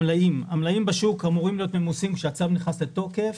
המלאים בשוק אמורים להיות ממוסים כשהצו נכנס לתוקף.